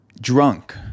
drunk